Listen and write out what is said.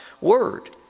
word